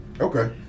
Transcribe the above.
Okay